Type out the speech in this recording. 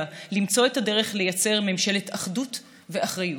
למצוא את הדרך לייצר ממשלת אחדות ואחריות,